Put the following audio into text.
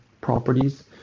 properties